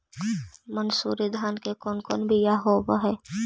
मनसूरी धान के कौन कौन बियाह होव हैं?